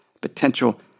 potential